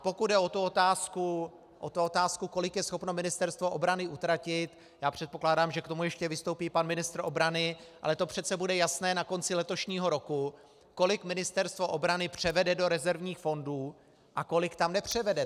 Pokud jde o otázku, kolik je schopno Ministerstvo obrany utratit, předpokládám, že k tomu ještě vystoupí pan ministr obrany, ale to přece bude jasné na konci letošního roku, kolik Ministerstvo obrany převede do rezervních fondů a kolik tam nepřevede.